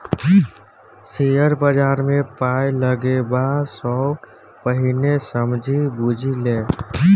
share बजारमे पाय लगेबा सँ पहिने समझि बुझि ले